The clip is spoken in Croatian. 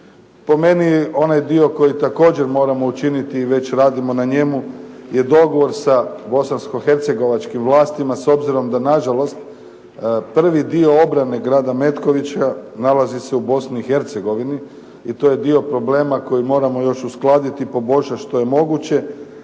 Po meni onaj dio koji također moramo učiniti i već radimo na njemu je dogovor sa bosansko-hercegovačkim vlastima. S obzirom da nažalost prvi dio obrane grada Metkovića nalazi se u Bosni i Hercegovini i to je dio problema koji moramo još uskladiti i poboljšati što je moguće.